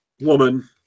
woman